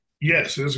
Yes